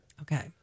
Okay